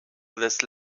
this